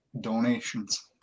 Donations